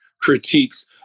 critiques